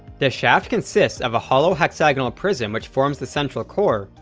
the shaft consists of a hollow hexagonal prism which forms the central core,